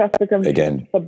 again